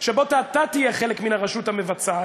שבו אתה תהיה חלק מן הרשות המבצעת,